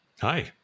Hi